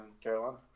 carolina